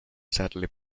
sadly